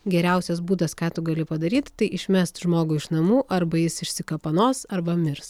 geriausias būdas ką tu gali padaryt tai išmest žmogų iš namų arba jis išsikapanos arba mirs